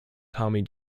tommy